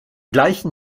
gleichen